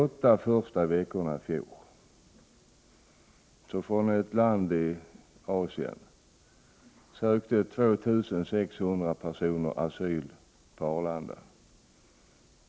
Under 48 veckor 1988 sökte 2 600 personer från ett land i Asien asyl på Arlanda.